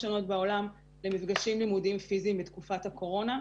שונות בעולם למפגשים לימודיים פיזיים בתקופת הקורונה,